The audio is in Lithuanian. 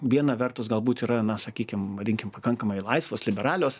viena vertus galbūt yra na sakykim vadinkim pakankamai laisvos liberalios